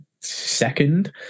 second